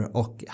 och